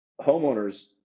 homeowners